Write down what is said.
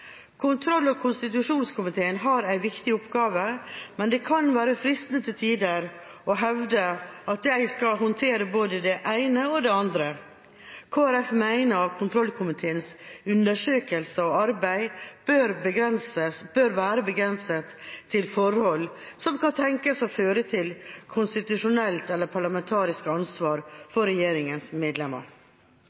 Kontroll- og konstitusjonskomiteen har en viktig oppgave, men det kan være fristende til tider å hevde at de skal håndtere både det ene og det andre. Kristelig Folkeparti mener at kontrollkomiteens undersøkelser og arbeid bør være begrenset til forhold som kan tenkes å føre til konstitusjonelt eller parlamentarisk ansvar for regjeringens medlemmer.